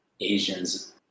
Asians